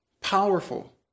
Powerful